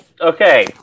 Okay